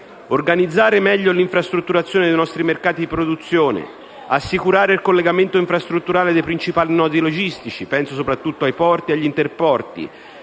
Organizzare meglio l'infrastrutturazione dei nostri mercati di produzione, assicurare il collegamento infrastrutturale dei principali nodi logistici (penso soprattutto ai porti e agli interporti),